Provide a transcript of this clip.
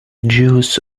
juice